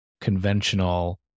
conventional